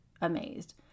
amazed